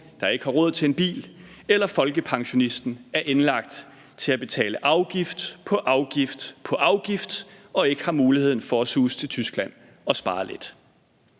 der ikke er råd til en bil, eller folkepensionisten er tvangsindlagt til at betale afgift på afgift, fordi de ikke har muligheden for at suse til Tyskland og spare lidt.